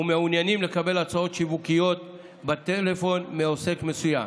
ומעוניינים לקבל הצעות שיווקיות בטלפון מעוסק מסוים,